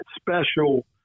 special